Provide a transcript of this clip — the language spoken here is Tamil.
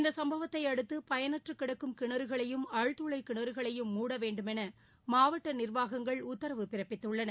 இந்த சுப்பவத்தையடுத்து பயனற்று கிடக்கும் கிணறுகளையும் ஆழ்துளை கிணறுகளையும் மூட வேண்டுமென மாவட்ட நிர்வாகங்கள் உத்தரவு பிறப்பித்தள்ளன